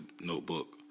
notebook